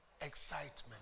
excitement